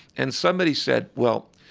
and somebody said, well,